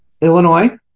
Illinois